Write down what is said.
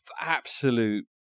absolute